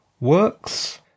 works